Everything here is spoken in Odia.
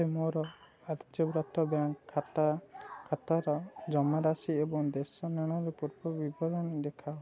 ମୋତେ ମୋର ଆର୍ଯ୍ୟବ୍ରତ ବ୍ୟାଙ୍କ୍ ଖାତା ଖାତାର ଜମାରାଶି ଏବଂ ଦେଣନେଣର ପୂର୍ବବିବରଣୀ ଦେଖାଅ